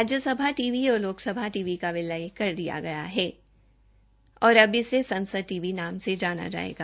Rajya Sabha TV और Lok Sabha TV का विलय कर दिया गयाहै और अब से संसद टी वी नाम से जाना जायेगा